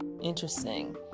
interesting